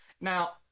Now